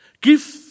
Give